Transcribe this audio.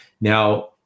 Now